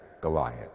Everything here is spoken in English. goliath